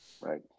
right